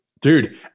Dude